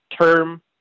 term